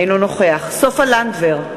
אינו נוכח סופה לנדבר,